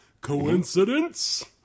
Coincidence